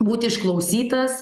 būti išklausytas